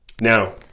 Now